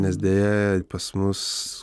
nes deja pas mus